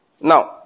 Now